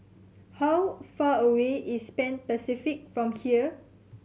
how far away is Pan Pacific from here